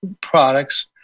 products